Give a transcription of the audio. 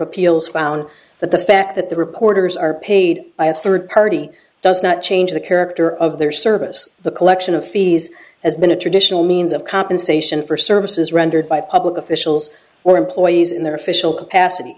appeals found that the fact that the reporters are paid by a third party does not change the character of their service the collection of fees has been a traditional means of compensation for services rendered by public officials or employees in their official capacity